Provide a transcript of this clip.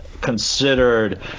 considered